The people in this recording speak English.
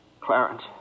Clarence